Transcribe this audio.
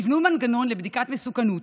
תבנו מנגנון לבדיקת מסוכנות.